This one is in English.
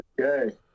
Okay